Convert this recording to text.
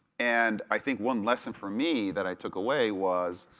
and i think one lesson for me that i took away was,